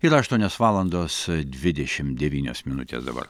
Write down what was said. yra aštuonios valandos dvidešim devynios minutės dabar